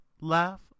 laugh